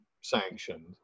sanctioned